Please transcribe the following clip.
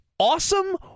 Awesome